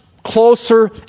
Closer